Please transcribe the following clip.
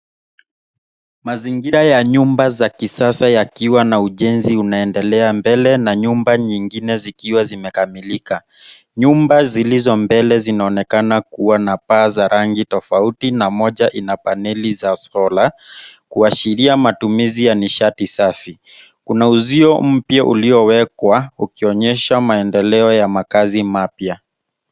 Mazingira ya nyumba za kisasa yakiwa na ujenzi yakiendelea. Mbele kuna nyumba zingine zikiwa zimekamilika. Nyumba zilizo mbele zinaonekana kuwa na paa za rangi tofauti na moja ina paneli za solar kuashiria matumizi ya nishati safi. Kuna uzio mpya uliyowekwa ukionyesha maendeleo ya makazi mapya.